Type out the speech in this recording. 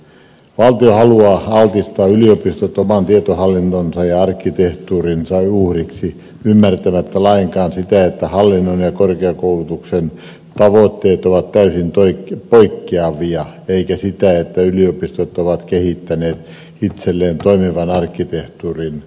valtio haluaa altistaa yliopistot oman tietohallintonsa ja arkkitehtuurinsa uhriksi ymmärtämättä lainkaan sitä että hallinnon ja korkeakoulutuksen tavoitteet ovat täysin poikkeavia ja sitä että yliopistot ovat kehittäneet itselleen toimivan arkkitehtuurin